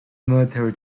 military